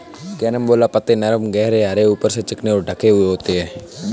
carambola पत्ते नरम गहरे हरे ऊपर से चिकने और ढके हुए होते हैं